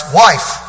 wife